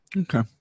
Okay